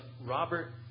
Robert